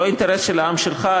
זה לא אינטרס של העם שלך,